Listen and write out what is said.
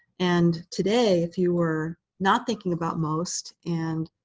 and today, if you were not thinking about most and